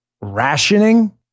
rationing